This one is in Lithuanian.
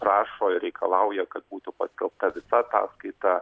prašo ir reikalauja kad būtų paskelbta visa ataskaita